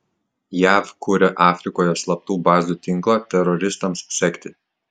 jav kuria afrikoje slaptų bazių tinklą teroristams sekti